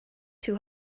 too